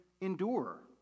endure